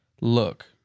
look